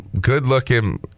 good-looking